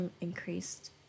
increased